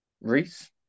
Reese